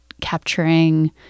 capturing